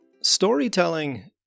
Storytelling